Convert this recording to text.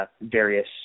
various